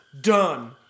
Done